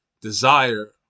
desire